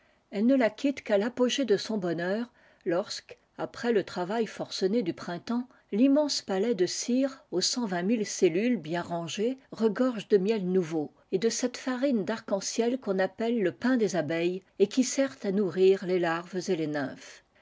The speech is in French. elles ne la quittent qu'à l'apogée de son bonheur lorsque après le travail forcené du printemps timmense palais de cire aux cent vingt mille cellules bien rangées regorge de miel nouveau et de cette farine darc en ciel qu'on appelle le pain des abeilles et qui sert à nourrir les larves et les nymphes